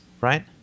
right